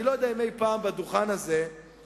אני לא יודע אם אי-פעם היה מעל הדוכן הזה חידון,